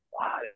Wow